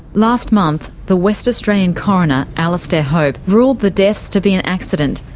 last month, the west australian coroner alastair hope ruled the deaths to be an accident,